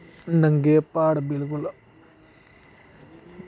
नंगे प्हाड़ बिलकुल